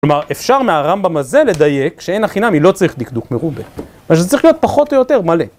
כלומר, אפשר מהרמב״ם הזה לדייק שאין החינם, היא לא צריכה לדקדוק מרובה. זה צריך להיות פחות או יותר מלא.